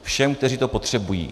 Všem, kteří to potřebují.